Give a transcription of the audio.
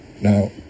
Now